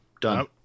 Done